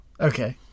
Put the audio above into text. Okay